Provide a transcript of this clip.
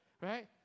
Right